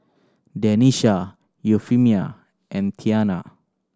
Denisha Euphemia and Tianna